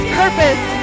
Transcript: purpose